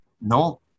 no